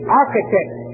architect